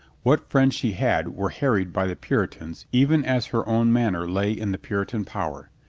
what friends she had were harried by the puritans even as her own manor lay in the puritan power.